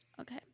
Okay